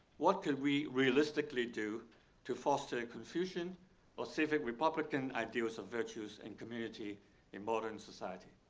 what could we realistically do to foster confucian or civic republican ideals of virtues and community in modern society?